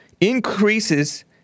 increases